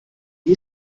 wie